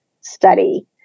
study